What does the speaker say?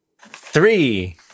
Three